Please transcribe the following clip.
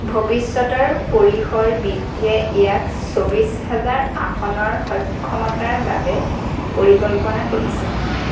ভৱিষ্যতৰ পৰিসৰ বৃদ্ধিয়ে ইয়াক চৌব্বিছ হাজাৰ আসনৰ সক্ষমতাৰ বাবে পৰিকল্পনা কৰিছে